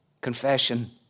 Confession